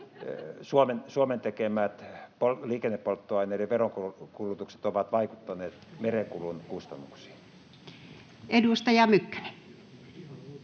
Suomen tekemät liikennepolttoaineiden veronkorotukset ovat vaikuttaneet merikuljetuksissa merenkulun